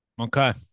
Okay